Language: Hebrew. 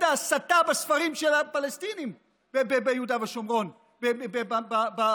ההסתה בספרים של הפלסטינים ביהודה ובשומרון וברשות.